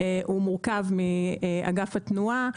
הוא מורכב מאגף התנועה,